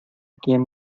quien